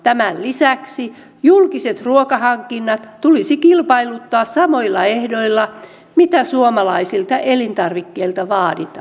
tämän lisäksi julkiset ruokahankinnat tulisi kilpailuttaa samoilla ehdoilla kuin mitä suomalaisilta elintarvikkeilta vaaditaan